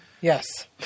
Yes